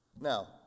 Now